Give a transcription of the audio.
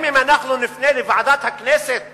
אם אנחנו נפנה לוועדת הכנסת